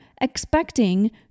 expecting